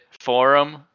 forum